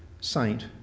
saint